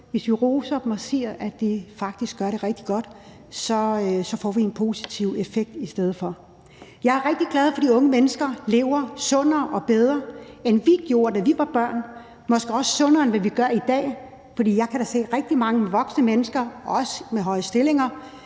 hvis vi roser dem og siger, at de faktisk gør det rigtig godt, får en positiv effekt i stedet for. Jeg er rigtig glad for, at de unge mennesker lever sundere og bedre, end vi gjorde, da vi var børn, måske også sundere, end hvad vi gør i dag. For jeg kan da se, at der er rigtig mange voksne mennesker, også med høje stillinger,